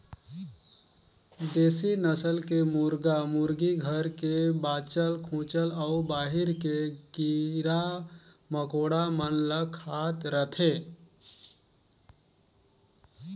देसी नसल के मुरगा मुरगी घर के बाँचल खूंचल अउ बाहिर के कीरा मकोड़ा मन ल खात रथे